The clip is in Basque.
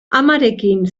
amarekin